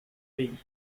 pays